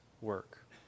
work